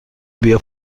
بیا